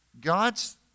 God's